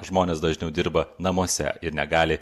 žmonės dažniau dirba namuose ir negali